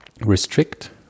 restrict